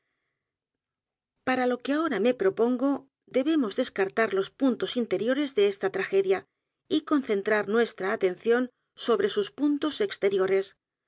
a lo que ahora me propongo debemos d e s c a r t a r los puntos interiores de esta tragedia y concentrar nuestra atención sobre sus punios exteriores